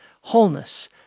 wholeness